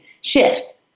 shift